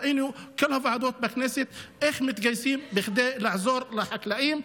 ראינו בכמה ועדות בכנסת איך מתגייסים כדי לעזור לחקלאים.